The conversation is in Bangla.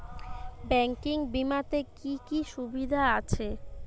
ব্যাঙ্কিং বিমাতে কি কি সুবিধা আছে?